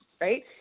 Right